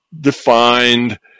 defined